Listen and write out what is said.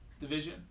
Division